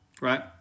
right